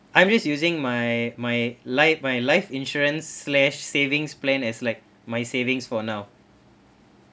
I'm just using my my life my life insurance slash savings plan as like my savings for now